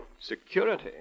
Security